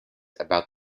about